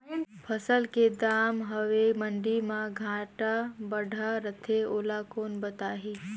फसल के दम हवे मंडी मा घाट बढ़ा रथे ओला कोन बताही?